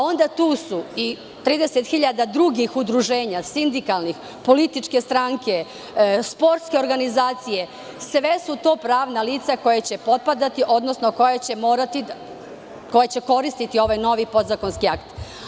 Onda su tu i 30 hiljada drugih udruženja, sindikalnih, političke stranke, sportske organizacije, sve su to pravna lica koja će potpadati, odnosno koja će koristiti ovaj novi podzakonski akt.